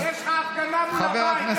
יש לך הפגנה מול הבית,